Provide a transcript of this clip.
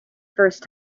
first